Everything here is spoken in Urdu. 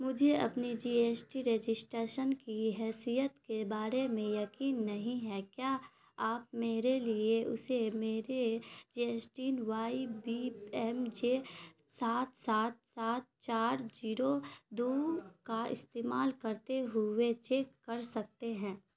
مجھے اپنی جی ایس ٹی رجسٹیشن کی حیثیت کے بارے میں یقین نہیں ہے کیا آپ میرے لیے اسے میرے J S ten Y B M J سات سات سات چار جیرو دو کا استعمال کرتے ہوئے چیک کر سکتے ہیں